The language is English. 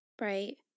Right